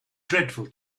dreadful